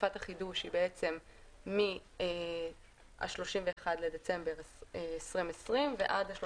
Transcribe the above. תקופת החידוש היא מ-31 בדצמבר 2020 עד 31